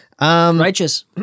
Righteous